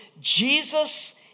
Jesus